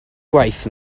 gwaith